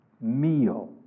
meal